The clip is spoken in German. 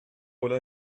ulla